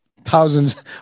thousands